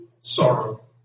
Sorrow